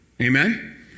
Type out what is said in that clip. Amen